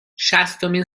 شصتمین